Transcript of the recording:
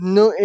no